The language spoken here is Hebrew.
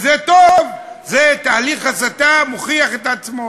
וזה טוב, תהליך ההסתה מוכיח את עצמו.